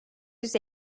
yüz